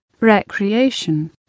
recreation